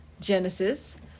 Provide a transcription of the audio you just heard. Genesis